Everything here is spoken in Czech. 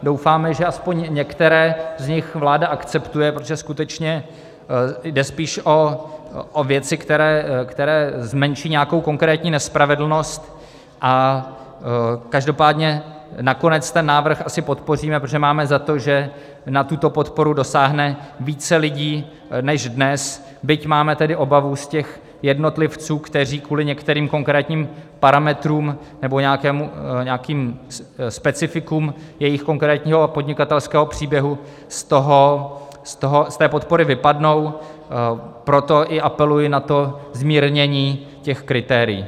Doufáme, že aspoň některé z nich vláda akceptuje, protože skutečně jde spíše o věci, které zmenší nějakou konkrétní nespravedlnost, a každopádně nakonec ten návrh asi podpoříme, protože máme za to, že na tuto podporu dosáhne více lidí než dnes, byť máme tedy obavu z těch jednotlivců, kteří kvůli některým konkrétním parametrům nebo nějakým specifikům svého konkrétního podnikatelského příběhu z té podpory vypadnou, proto i apeluji na to zmírnění těch kritérií.